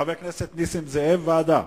חבר הכנסת נסים זאב, ועדה?